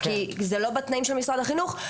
כי זה לא בתנאים של משרד החינוך,